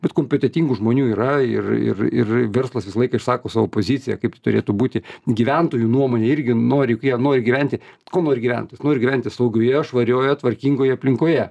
bet kompetentingų žmonių yra ir ir ir verslas visą laiką išsako savo poziciją kaip turėtų būti gyventojų nuomonė irgi nori juk jie nori gyventi ko nori gyventojas nori gyventi saugioje švarioje tvarkingoje aplinkoje